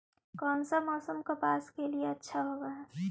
कोन सा मोसम कपास के डालीय अच्छा होबहय?